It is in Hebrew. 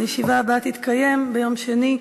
הישיבה הבאה תתקיים ביום שני,